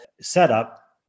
setup